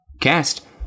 cast